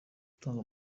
gutanga